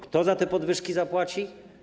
Kto za te podwyżki zapłaci?